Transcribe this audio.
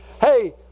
hey